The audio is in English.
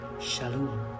Shalom